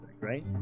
right